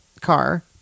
car